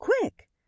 quick